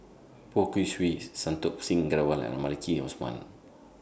Poh Kay Swee Santokh Singh Grewal and Maliki Osman